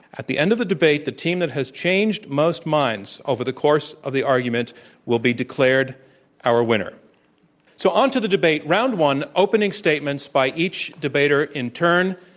at the end of the debate, the team that has changed most minds over the course of the argument will be declared our winner so on to the debate. round one, opening statements by each debater in turn,